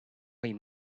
him